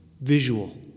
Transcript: visual